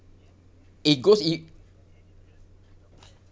it goes